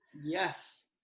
Yes